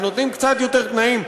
ונותנים קצת יותר תנאים,